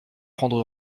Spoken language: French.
prendre